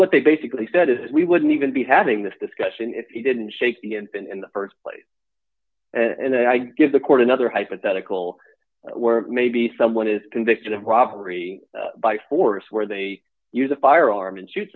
what they basically said is we wouldn't even be having this discussion if he didn't shake the end in the st place and i'd give the court another hypothetical where maybe someone is convicted of robbery by force where they use a firearm and shoot